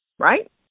right